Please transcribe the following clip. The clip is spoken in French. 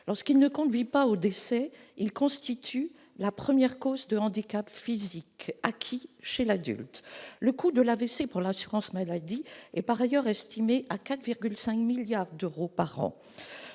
Lorsqu'il ne conduit pas au décès, l'AVC constitue la première cause de handicap physique acquis chez l'adulte. Son coût pour l'assurance maladie est par ailleurs estimé à 4,5 milliards d'euros par an.